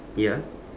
ya